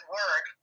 work